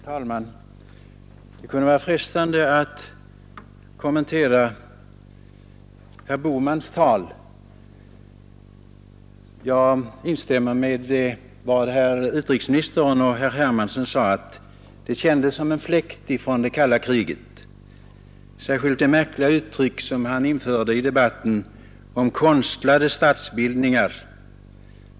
Herr talman! Det är frestande att kommentera herr Bohmans tal. Jag instämmer i vad utrikesministern och herr Hermansson sade, nämligen att det kändes som en fläkt från det kalla kriget. Jag tänker då särskilt på det märkliga uttryck som herr Bohman införde i debatten när han talade om konstlade statsbildningar.